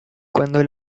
cuando